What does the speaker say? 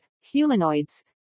humanoids